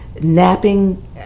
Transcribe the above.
napping